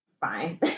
fine